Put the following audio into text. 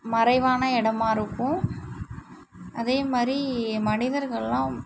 மறைவான இடமா இருக்கும் அதேமாதிரி மனிதர்கள்லாம்